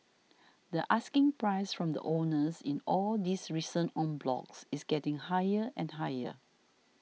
the asking price from the owners in all these recent en blocs is getting higher and higher